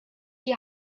die